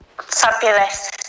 fabulous